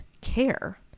care